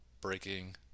breaking